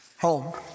Home